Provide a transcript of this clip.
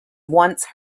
once